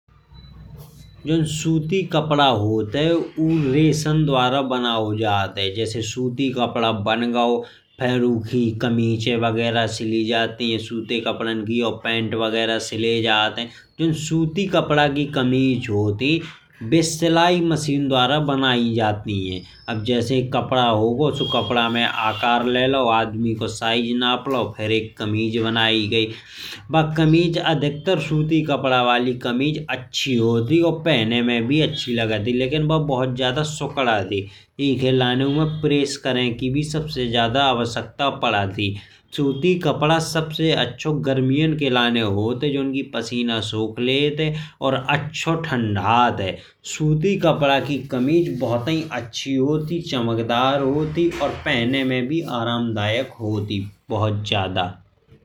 जो सूती कपड़ा गरम है उ राशन द्वार बनाओ जात है। जैसे सूती कपड़ा बनाओ फिर उखी कमीचे ​​वगैरा सिली जाती है। सूती कपड़ान की और पेंट वगैरा सिली जाती है। जोन सुती कपड़ा की जोन कमीज हॉट ही बे सिलाई मशीन द्वार बनाई जाती है। जैसे कपड़ा होगाओ कपड़ा माई एकर ले लाओ। आदमी को साइज नाप लाओ फिर एक कमीज बनाई। गई बा कमीज अधिक्तार सूती कपड़ा बाली कमि अच्छी होत है। और पहनने में भी अच्छी लगती है लेकिन वाह बहुत ज्यादा सुखद है। एके लाने उम्हे प्रेस करें कि भी सबसे ज्यादा फायदा पड़ता है। लेकिन सबसे अच्छा गर्मीयों के लाने गर्म है। जोन की पसीना सोख लेट है और अच्छा थंडत है। सुती कपड़ा की कमीज बहुत अच्छी गर्म है चमत्कार गर्म है। और पहनने में भी आरामदायक गर्म है बहुत ज्यादा।